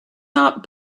not